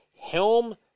Helm